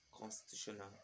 constitutional